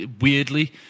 weirdly